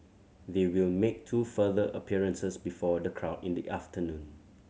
they will make two further appearances before the crowd in the afternoon